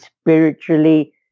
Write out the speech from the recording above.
spiritually